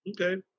Okay